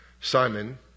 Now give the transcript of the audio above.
Simon